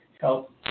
help